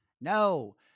No